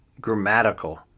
grammatical